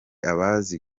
abazi